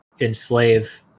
enslave